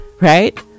Right